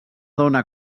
dona